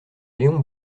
léon